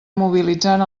mobilitzant